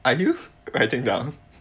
are you writing down